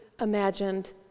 imagined